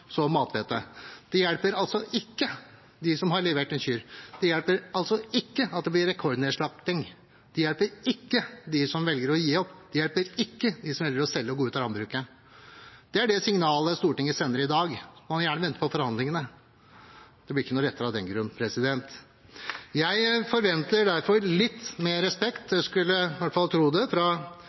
så mathvete, det hjelper altså ikke for dem som har levert en ku, det hjelper ikke at det blir rekordnedslakting, det hjelper ikke dem som velger å gi opp, det hjelper ikke dem som velger å selge og gå ut av landbruket. Det er det signalet Stortinget sender i dag. Man kan gjerne vente på forhandlingene, det blir ikke noe lettere av den grunn. Jeg forventer derfor litt mer respekt, man skulle i hvert fall tro at det fra